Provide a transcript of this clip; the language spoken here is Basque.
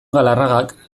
galarragak